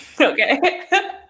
Okay